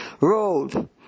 Road